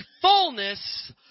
fullness